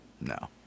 no